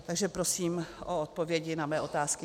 Takže prosím o odpovědi na své otázky.